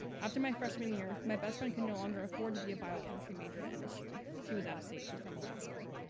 after my freshman year, my best friend could no longer afford to be a biochemistry major at msu, she was out of state, she was from alaska.